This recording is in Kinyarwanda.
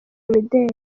imideli